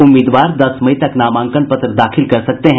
उम्मीदवार दस मई तक नामांकन पत्र दाखिल कर सकते हैं